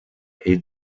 est